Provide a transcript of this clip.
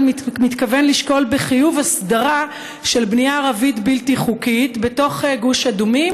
מתכוון לשקול בחיוב הסדרה של בנייה ערבית בלתי חוקית בתוך גוש אדומים,